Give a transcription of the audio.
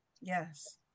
yes